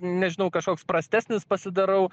nežinau kažkoks prastesnis pasidarau